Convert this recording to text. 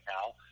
now